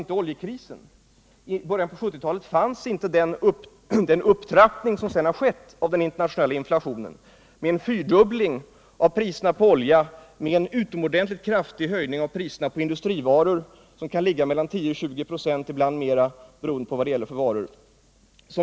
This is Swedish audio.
I början av 1970-talet fanns inte oljekrisen och inte den upptrappning som sedan skett av den internationella inflationen med en fyrdubbling av priserna på olja och med en utomordentligt kraftig höjning av priserna på industrivaror på mellan 10 och 20 96 och ibland mer, beroende på vad det gäller för varor.